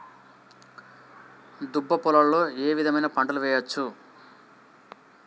దుబ్బ పొలాల్లో ఏ విధమైన పంటలు వేయచ్చా?